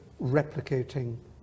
replicating